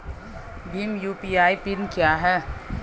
Bhim UPI PIN क्या है?